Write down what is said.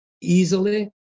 easily